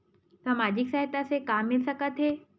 सामाजिक सहायता से का मिल सकत हे?